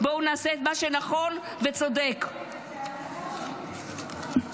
ואני מקווה